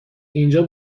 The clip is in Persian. اینجا